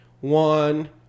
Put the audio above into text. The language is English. one